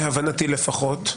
להבנתי לפחות,